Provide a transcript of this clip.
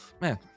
Man